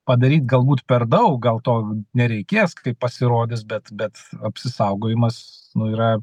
padaryt galbūt per daug gal to nereikės kaip pasirodys bet bet apsisaugojimas nu yra